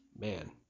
man